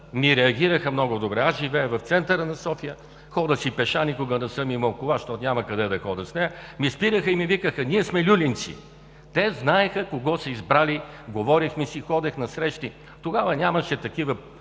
ми реагираха много добре, аз живея в центъра на София, ходя си пеша, никога не съм имал кола, защото няма къде да ходя с нея, ме спираха и ми викаха: „Ние сме люлинци!“. Те знаеха кого са избрали, говорихме си, ходихме си на срещи – тогава нямаше такива